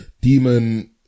demon